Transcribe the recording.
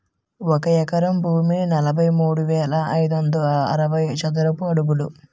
ఒక ఎకరం భూమి నలభై మూడు వేల ఐదు వందల అరవై చదరపు అడుగులు